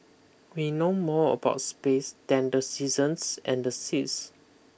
we know more about space than the seasons and the seas